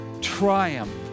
triumph